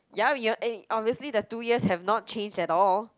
ya we uh eh obviously the two years have not changed at all